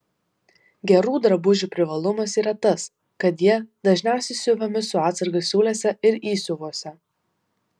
gerų drabužių privalumas yra tas kad jie dažniausiai siuvami su atsarga siūlėse ir įsiuvuose